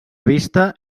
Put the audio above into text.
vista